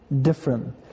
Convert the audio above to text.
different